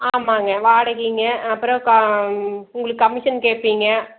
ஆமாம்ங்க வாடகைங்க அப்புறம் க உங்களுக்கு கமிஷன் கேட்பிங்க